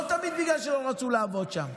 לא תמיד בגלל שלא רצו לעבוד שם,